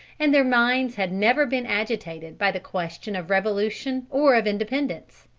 and their minds had never been agitated by the question of revolution or of independence.